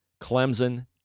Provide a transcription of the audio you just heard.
Clemson